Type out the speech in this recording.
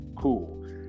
Cool